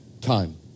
time